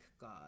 God